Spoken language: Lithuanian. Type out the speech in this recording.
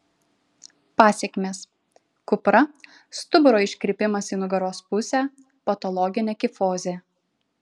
pasekmės kupra stuburo iškrypimas į nugaros pusę patologinė kifozė